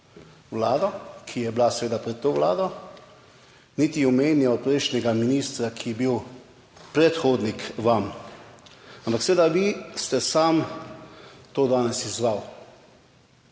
vlado, ki je bila seveda pred to vlado, niti omenjal prejšnjega ministra, ki je bil predhodnik vam, ampak seveda vi ste sam to danes izzval.